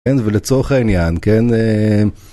כן, ולצורך העניין, כן...